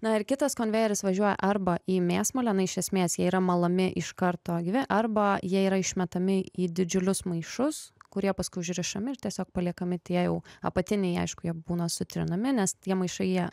na ir kitas konvejeris važiuoja arba į mėsmalę na iš esmės jie yra malami iš karto gyvi arba jie yra išmetami į didžiulius maišus kur jie paskui užrišami ir tiesiog paliekami tie jau apatiniai aišku jie būna sutrinami nes tie maišai jie